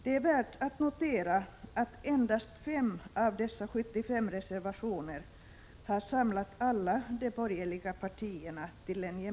Det är värt att notera att endast 5 av dessa 75 reservationer har samlat alla de borgerliga partierna.